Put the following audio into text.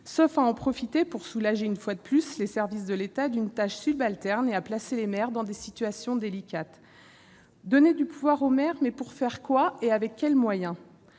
surtout à soulager une fois de plus les services de l'État d'une tâche subalterne et à placer les maires dans des situations délicates. Donner des pouvoirs aux maires ? Mais pour faire quoi, et avec quels moyens ?